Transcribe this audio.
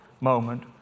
moment